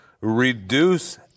reduce